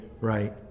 right